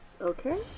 Okay